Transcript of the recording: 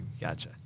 gotcha